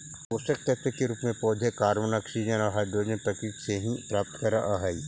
पोषकतत्व के रूप में पौधे कॉर्बन, ऑक्सीजन और हाइड्रोजन प्रकृति से ही प्राप्त करअ हई